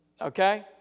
Okay